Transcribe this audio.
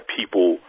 people